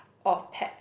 or pet